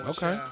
Okay